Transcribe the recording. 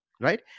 right